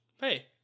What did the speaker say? hey